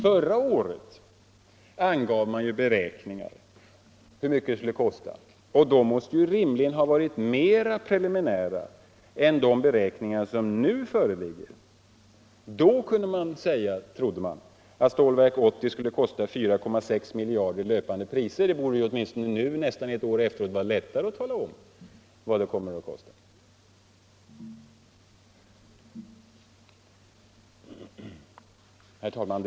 Förra året angav man ju beräkningar för hur mycket det skulle kosta, och det måste rimligen ha varit mera preliminära beräkningar än de som nu föreligger. Men då visste man att Stålverk 80 skulle kosta 4,6 miljarder i löpande priser. Det borde ju nu, nästan ett år senare, vara lättare att tala om vad det kommer att kosta. Herr talman!